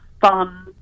fun